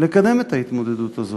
לקדם את ההתמודדות הזאת.